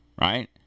right